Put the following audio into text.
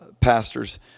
pastors